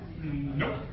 Nope